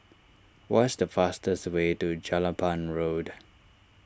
what is the fastest way to Jelapang Road